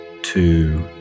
two